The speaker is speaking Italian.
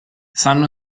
sanno